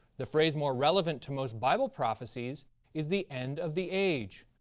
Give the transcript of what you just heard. the phrase more relevant to most bible prophecies is the end of the age,